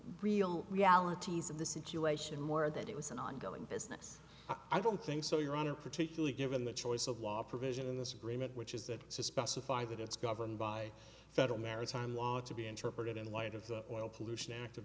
real realities of the situation more that it was an ongoing business i don't think so your honor particularly given the choice of law provision in this agreement which is that specify that it's governed by federal maritime law to be interpreted in light of the oil pollution act